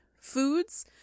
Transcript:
foods